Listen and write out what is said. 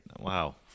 Wow